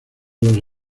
los